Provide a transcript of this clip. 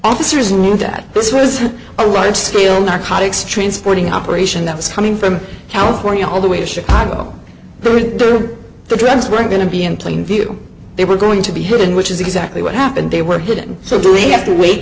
officers knew that this was a right to steal narcotics transporting operation that was coming from california all the way to chicago through the drugs were going to be in plain view they were going to be hidden which is exactly what happened they were hidden so do we have to wait